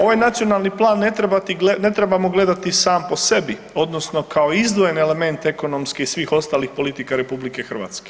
Ovaj nacionalni plan ne trebamo gledati sam po sebi odnosno kao izdvojeni element ekonomski i svih ostalih politika RH.